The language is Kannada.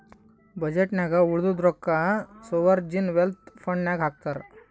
ಬಜೆಟ್ ನಾಗ್ ಉಳದಿದ್ದು ರೊಕ್ಕಾ ಸೋವರ್ಜೀನ್ ವೆಲ್ತ್ ಫಂಡ್ ನಾಗ್ ಹಾಕ್ತಾರ್